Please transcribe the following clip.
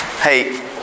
hey